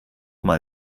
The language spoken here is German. mal